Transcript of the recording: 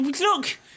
Look